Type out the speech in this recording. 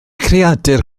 creadur